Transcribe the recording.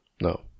No